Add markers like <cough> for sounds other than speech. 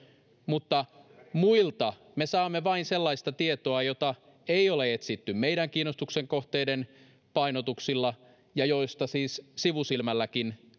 mutta muilta me saamme vain sellaista tietoa jota ei ole etsitty meidän kiinnostuksen kohteiden painotuksilla ja josta siis sivusilmälläkin <unintelligible>